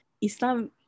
islam